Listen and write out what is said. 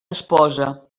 esposa